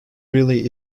really